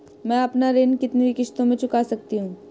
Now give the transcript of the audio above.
मैं अपना ऋण कितनी किश्तों में चुका सकती हूँ?